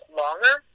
longer